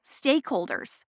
stakeholders